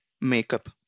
makeup